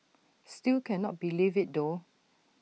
still cannot believe IT though